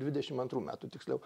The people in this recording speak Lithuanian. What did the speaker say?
dvidešim antrų metų tiksliau